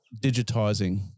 digitizing